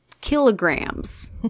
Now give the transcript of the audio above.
Kilograms